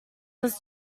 was